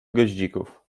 goździków